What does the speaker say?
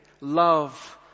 love